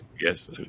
Yes